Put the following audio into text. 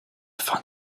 fin